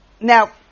Now